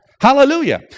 Hallelujah